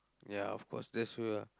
ya of course that's true ah